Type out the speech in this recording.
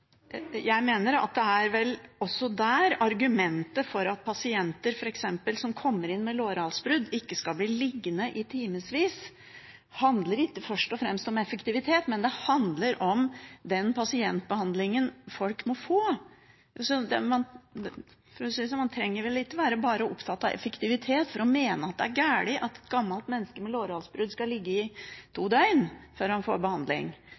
Jeg mener at argumentet for at pasienter som f.eks. kommer inn med lårhalsbrudd, ikke skal bli liggende i timevis ikke først og fremst handler om effektivitet, men om den pasientbehandlingen folk må få. For å si det sånn: Man trenger vel ikke bare å være opptatt av effektivitet for å mene at det er galt at et gammelt menneske med lårhalsbrudd skal ligge i to døgn før han får behandling.